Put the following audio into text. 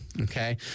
okay